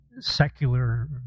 secular